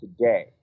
today